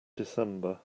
december